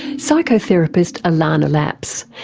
psychotherapist ilana laps,